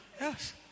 Yes